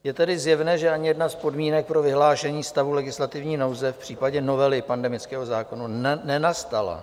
Je tedy zjevné, že ani jedna z podmínek pro vyhlášení stavu legislativní nouze v případě novely pandemického zákona nenastala.